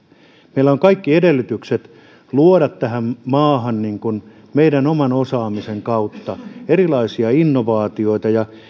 meillä on kaikki edellytykset luoda tähän maahan meidän oman osaamisemme kautta erilaisia innovaatioita ja